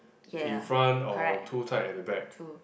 in front or too tight at the back